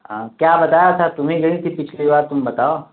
کیا بتایا تھا تمہیں گئی تھی پچھلی بار تم بتاؤ